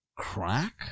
crack